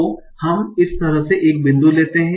तो हम इस तरह से एक बिंदु लेते हैं